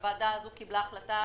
הוועדה הזאת קבלה החלטה